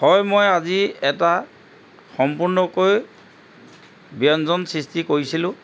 হয় মই আজি এটা সম্পূৰ্ণকৈ ব্যঞ্জন সৃষ্টি কৰিছিলোঁ